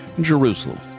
Jerusalem